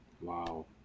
Wow